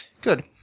Good